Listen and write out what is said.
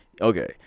okay